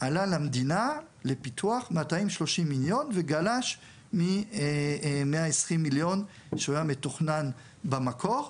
עלה למדינה לפיתוח 230 מיליון וגלש מ-120 מיליון שהוא היה מתוכנן במקור,